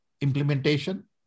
implementation